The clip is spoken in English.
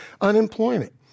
Unemployment